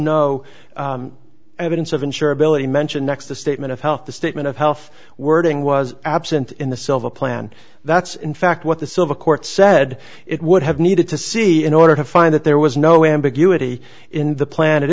no evidence of insurability mention next the statement of health the statement of health wording was absent in the civil plan that's in fact what the civil court said it would have needed to see in order to find that there was no ambiguity in the planet